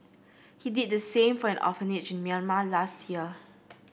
he did the same for an orphanage in Myanmar last year